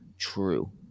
true